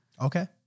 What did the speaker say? Okay